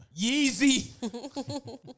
Yeezy